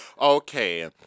Okay